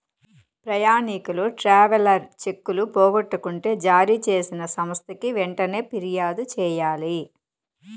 ప్రయాణికులు ట్రావెలర్ చెక్కులు పోగొట్టుకుంటే జారీ చేసిన సంస్థకి వెంటనే ఫిర్యాదు చెయ్యాలి